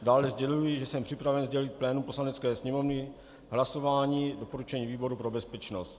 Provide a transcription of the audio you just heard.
Dále sděluji, že jsem připraven sdělit plénu Poslanecké sněmovny hlasování doporučení výboru pro bezpečnost.